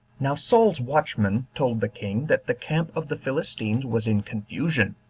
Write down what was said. now saul's watchmen told the king that the camp of the philistines was in confusion